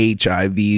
HIV